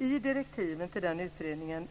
I direktiven till den utredningen